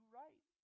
right